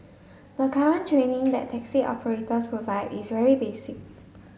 the current training that taxi operators provide is very basic